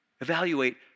evaluate